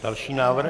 Další návrh.